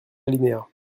alinéa